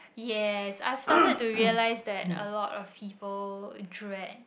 yes I started to realize that a lot of people dread